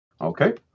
okay